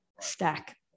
stack